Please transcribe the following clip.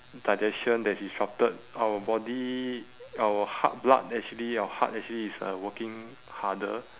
digestion that disrupted our body our heart blood actually our heart actually is uh working harder